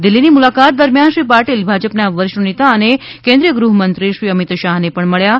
દિલ્ફીની મુલાકાત દરમિયાન શ્રી પાટિલ ભાજપના વરિષ્ઠ નેતા અને કેન્દ્રીય ગૃહ મંત્રી શ્રી અમિત શાહને પણ મળ્યા હતા